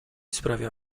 sprawia